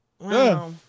Wow